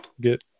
get